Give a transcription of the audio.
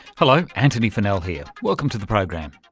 hello, antony funnell here, welcome to the program.